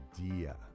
idea